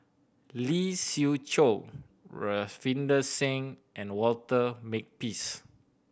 Lee Siew Choh Ravinder Singh and Walter Makepeace